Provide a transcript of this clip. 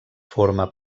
forma